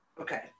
Okay